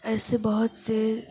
ایسے بہت سے